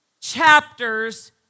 chapters